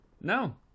No